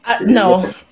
No